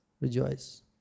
Rejoice